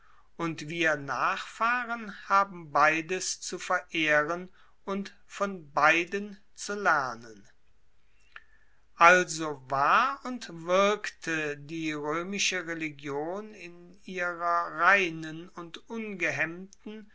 und wir nachfahren haben beides zu verehren und von beiden zu lernen also war und wirkte die roemische religion in ihrer reinen und ungehemmten